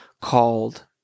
called